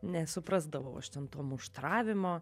nesuprasdavau aš ten tų muštravimo